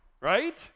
right